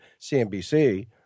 CNBC